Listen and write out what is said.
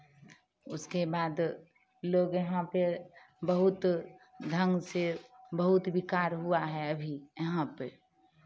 उसके बाद लोग यहाँ पे बहुत ढंग से बहुत विकार हुआ है अभी यहाँ पे